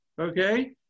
okay